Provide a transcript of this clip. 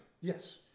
Yes